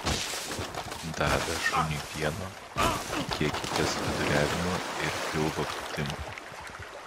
davę šuniui pieno tikėkitės viduriavimo ir pilvo pūtimo